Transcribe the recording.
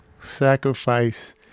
Sacrifice